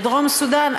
בדרום-סודאן,